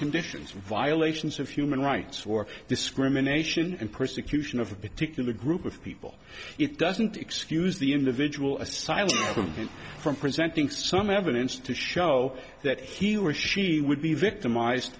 of violations of human rights or discrimination and persecution of a particular group of people it doesn't excuse the individual asylum something from presenting some evidence to show that he or she would be victimized